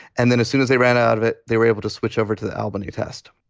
and then as soon as they ran out of it, they were able to switch over to the el-banna test